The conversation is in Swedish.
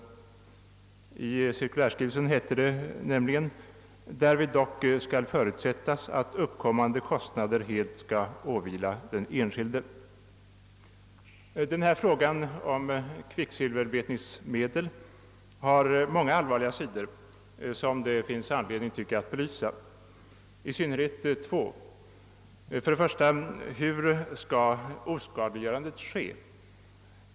I cirkulärskrivelsen heter det nämligen »... därvid dock skall förutsättas att uppkommande kostnader helt skall åvila den enskilde». Frågan om kvicksilverbetningsmedel har många allvarliga sidor, som det finns anledning att belysa, men det är i synnerhet två, som jag här vill beröra. Den första är denna: Hur skall oskadliggörandet ske?